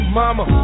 mama